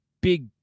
big